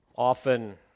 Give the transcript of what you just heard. Often